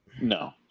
no